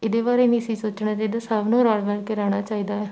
ਇਹਦੇ ਬਾਰੇ ਨਹੀਂ ਸੀ ਸੋਚਣਾ ਚਾਹੀਦਾ ਸਭ ਨੂੰ ਰਲ ਮਿਲ ਕੇ ਰਹਿਣਾ ਚਾਹੀਦਾ ਹੈ